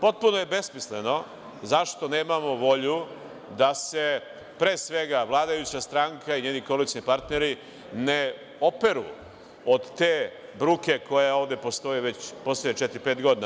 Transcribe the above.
Potpuno je besmisleno zašto nemamo volju da se pre svega vladajuća stranka i njeni koalicioni partneri ne operu od te bruke koja ovde postoji poslednjih četiri, pet godina.